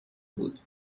بود